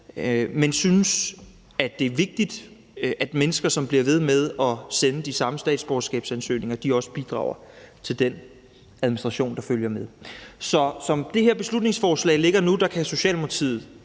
men synes, at det er vigtigt, at mennesker, som bliver ved med at sende de samme statsborgerskabsansøgninger, også bidrager til den administration, der følger med. Så som det her beslutningsforslag ligger nu, kan Socialdemokratiet